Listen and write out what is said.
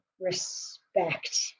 respect